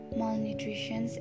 malnutrition